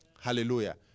Hallelujah